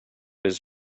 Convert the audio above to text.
his